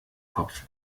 kopf